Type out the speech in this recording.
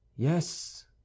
Yes